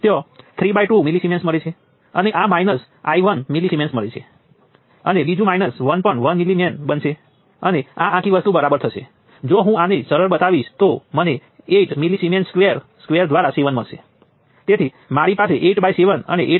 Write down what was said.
તેથી આપણે super node બનાવીએ તે પહેલાં વોલ્ટેજ સ્ત્રોતના નોડ ધરાવતો મારો સુપર નોડ અને સમગ્ર માટે સુપર નોડ ક્યો છે તમે હંમેશની જેમ KCL સમીકરણ લખો અને બાકીના નોડ માટે પણ તમે હંમેશની જેમ KCL સમીકરણ લખો